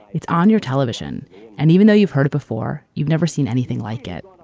it's on your television and even though you've heard it before, you've never seen anything like it.